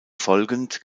folgend